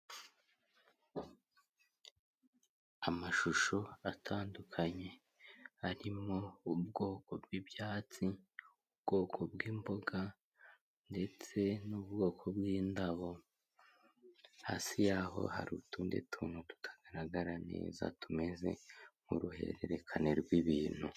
Amashusho atandukanye arimo ubwoko bw'ibyatsi, ubwoko bw'imboga ndetse n'ubwoko bwindabo, hasi yaho hari utundi tuntu tutagaragara neza tumeze nk'uruhererekane rw'ibintu.